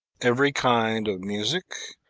every kind of music,